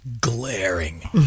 glaring